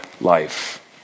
life